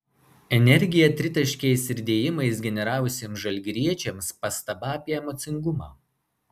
energiją tritaškiais ir dėjimais generavusiems žalgiriečiams pastaba apie emocingumą